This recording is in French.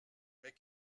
mais